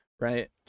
right